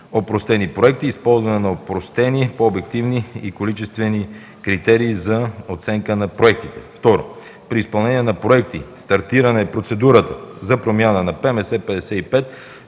по-опростени проекти, използване на опростени, по-обективни и количествени критерии за оценка на проектите. Второ, при изпълнение на проекти, стартиране на процедурата за промяна на